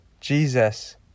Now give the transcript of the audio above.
Jesus